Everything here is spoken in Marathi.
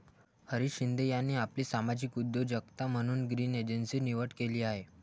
हरीश शिंदे यांनी आपली सामाजिक उद्योजकता म्हणून ग्रीन एनर्जीची निवड केली आहे